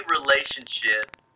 relationship